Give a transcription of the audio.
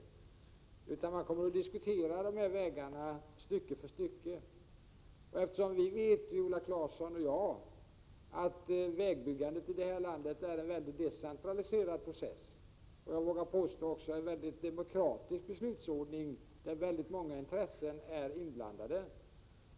Man kommer i stället att diskutera dessa vägbyggen sträcka för sträcka. Viola Claesson och jag vet att vägbyggandet i det här landet föregås av en mycket decentraliserad process i en, som jag vågar påstå, mycket demokratisk beslutsordning där väldigt många intressen är inblandade.